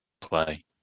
play